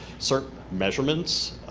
certain measurements?